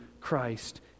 Christ